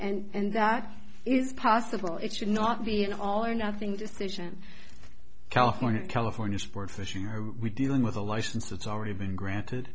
and that is possible it should not be an all or nothing decision california california sportfishing are dealing with a licensed it's already been granted